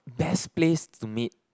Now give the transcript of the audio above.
best place to meet